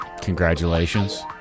Congratulations